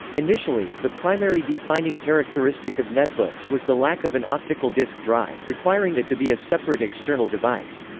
initially, the primary defining characteristic of netbooks was the lack of an optical disc drive, requiring it to be a separate external device.